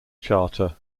charter